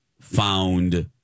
found